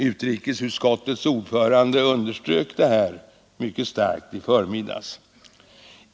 Utrikesutskottets ordförande underströk det här mycket starkt i förmiddags.